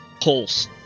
pulse